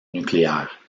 nucléaire